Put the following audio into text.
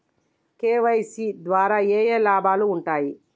KYC ద్వారా ఏఏ లాభాలు ఉంటాయి?